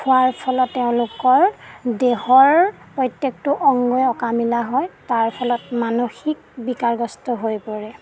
খোৱাৰ ফলত তেওঁলোকৰ দেহৰ প্ৰত্যেকটো অংগই অকামিলা হয় তাৰফলত মানসিক বিকাৰগ্ৰস্ত হৈ পৰে